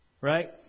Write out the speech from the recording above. right